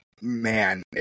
Man